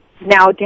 Now